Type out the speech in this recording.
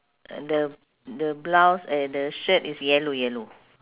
uh the the blouse and the shirt is yellow yellow